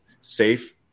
safe